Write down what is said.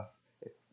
uh